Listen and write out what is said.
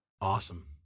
Awesome